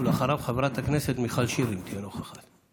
חברת הכנסת מיכל שיר, אם תהיה נוכחת.